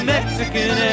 Mexican